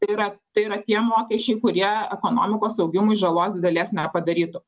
tai yra tai yra tie mokesčiai kurie ekonomikos augimui žalos didelės nepadarytų